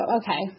okay